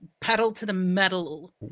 pedal-to-the-metal